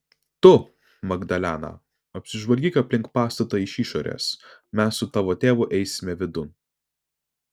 tu magdalena apsižvalgyk aplink pastatą iš išorės mes su tavo tėvu eisime vidun